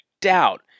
doubt